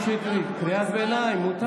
קטי שטרית, קריאת ביניים מותר.